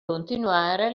continuare